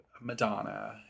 Madonna